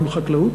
מים לחקלאות,